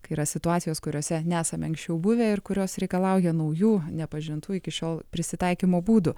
kai yra situacijos kuriose nesame anksčiau buvę ir kurios reikalauja naujų nepažintų iki šiol prisitaikymo būdų